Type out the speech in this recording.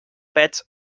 pets